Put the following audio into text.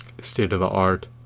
state-of-the-art